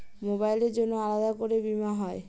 মোবাইলের জন্য আলাদা করে বীমা হয়?